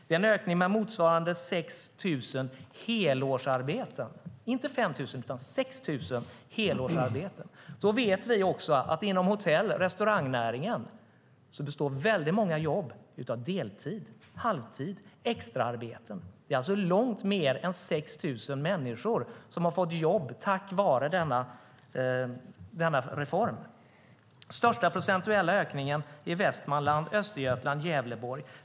Det är en ökning med motsvarande 6 000 helårsarbeten. Det är inte 5 000, utan 6 000 helårsarbeten. Då vet vi också att inom hotell och restaurangnäringen består många jobb av deltid, halvtid och extraarbeten. Det är alltså långt fler än 6 000 människor som har fått jobb tack vare denna reform. Den största procentuella ökningen finns i Västmanland, Östergötland och Gävleborg.